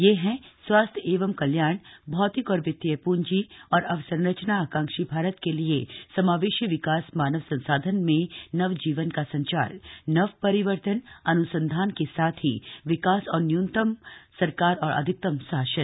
ये हैं स्वास्थ्य एवं कल्याण भौतिक और वितीय पूंजी और अवसंरचना आकांक्षी भारत के लिए समावेशी विकास मानव संसाधन में नवजीवन का संचार नव परिवर्तन अन्संधान के साथ ही विकास और न्यूनतम सरकार और अधिकतम शासन